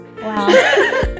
Wow